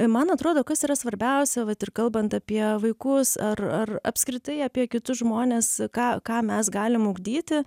man atrodo kas yra svarbiausia vat ir kalbant apie vaikus ar ar apskritai apie kitus žmones ką ką mes galim ugdyti